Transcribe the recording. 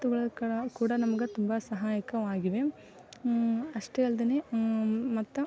ಎತ್ತುಗಳ ಕಳ ಕೂಡ ನಮ್ಗೆ ತುಂಬ ಸಹಾಯಕವಾಗಿವೆ ಅಷ್ಟೆ ಅಲ್ದೆನೆ ಮತ್ತೆ